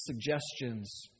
suggestions